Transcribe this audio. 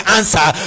answer